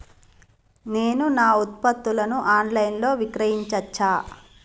నేను నా ఉత్పత్తులను ఆన్ లైన్ లో విక్రయించచ్చా?